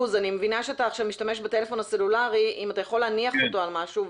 מנהל מחלקת גינון בעירייה יחסית גדולה,